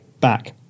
back